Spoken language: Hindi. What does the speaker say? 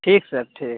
ठीक सर ठीक